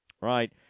right